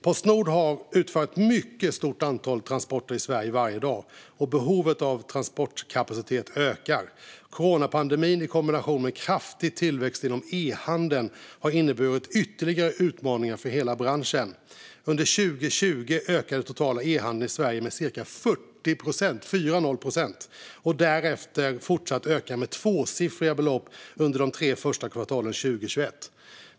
Postnord utför ett mycket stort antal transporter i Sverige varje dag, och behovet av transportkapacitet ökar. Coronapandemin, i kombination med en kraftig tillväxt inom e-handeln, har inneburit ytterligare utmaningar för hela branschen. Under 2020 ökade den totala e-handeln i Sverige med cirka 40 procent och har därefter fortsatt att öka med tvåsiffriga belopp under de tre första kvartalen 2021.